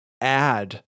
add